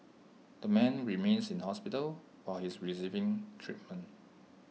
the man remains in hospital where he is receiving treatment